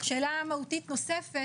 שאלה מהותית נוספת,